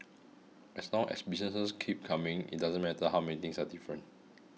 as long as business keeps coming it doesn't matter how many things are different